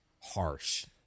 harsh